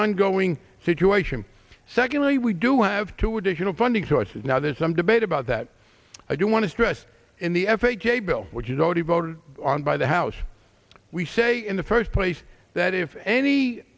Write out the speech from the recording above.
ongoing situation secondly we do have two additional funding sources now there's some debate about that i do want to stress in the f h a bill which is already voted on by the house we say in the first place that if any